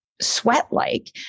sweat-like